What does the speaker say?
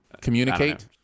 communicate